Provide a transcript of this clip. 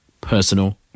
personal